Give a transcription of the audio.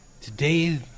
Today